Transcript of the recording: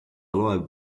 loeb